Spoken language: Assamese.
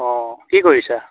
অঁ কি কৰিছা